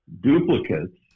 duplicates